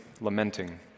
lamenting